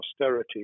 austerity